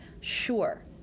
sure